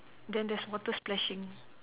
then there's water splashing